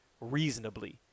reasonably